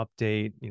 update